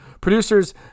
Producers